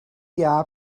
jaar